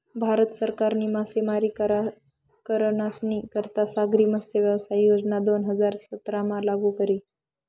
भारत सरकारनी मासेमारी करनारस्नी करता सागरी मत्स्यव्यवसाय योजना दोन हजार सतरामा लागू करी